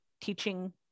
teaching